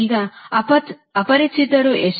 ಈಗ ಅಪರಿಚಿತರು ಎಷ್ಟು